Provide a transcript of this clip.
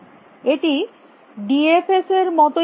এটি D F S এর মতই কেন